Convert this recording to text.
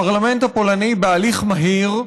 הפרלמנט הפולני אישר בהליך מהיר,